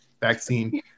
vaccine